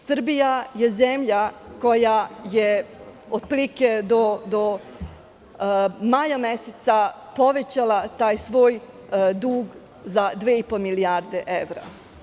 Srbija je zemlja koja je otprilike do maja meseca povećala svoj dug za dve i po milijarde evra.